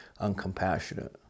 uncompassionate